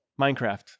Minecraft